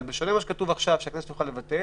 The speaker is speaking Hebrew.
אבל בשונה ממה שכתוב עכשיו שהכנסת תוכל לבטל,